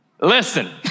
Listen